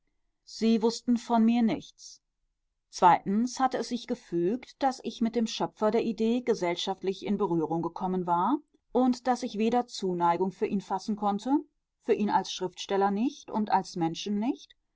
sie wußten von mir nichts zweitens hatte es sich gefügt daß ich mit dem schöpfer der idee gesellschaftlich in berührung gekommen war und daß ich weder zuneigung für ihn fassen konnte für ihn als schriftsteller nicht und als menschen